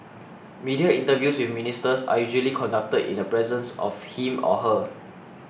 media interviews with Ministers are usually conducted in the presence of him or her